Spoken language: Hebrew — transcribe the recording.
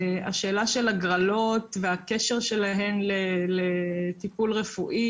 השאלה של הגרלות והקשר שלהן לטיפול רפואי,